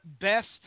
best